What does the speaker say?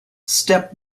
step